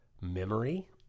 memory